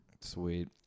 Sweet